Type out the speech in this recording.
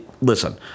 listen